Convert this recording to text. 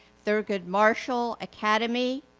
thurgood marshall academy,